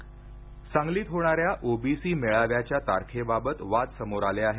OBC मेळावा सांगलीत होणाऱ्या ओबीसी मेळाव्याच्या तारखेबाबत वाद समोर आले आहेत